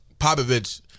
Popovich